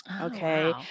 Okay